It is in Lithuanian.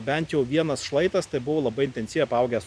bent jau vienas šlaitas tai buvo labai intensyviai apaugęs